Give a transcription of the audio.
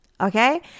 okay